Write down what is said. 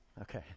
Okay